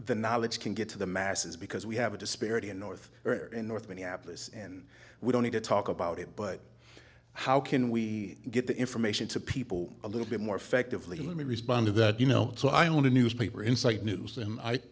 the knowledge can get to the masses because we have a disparity in north or in north minneapolis and we don't need to talk about it but how can we get the information to people a little bit more effectively let me respond to that you know so i own a newspaper inside news and i